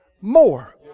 more